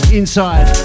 inside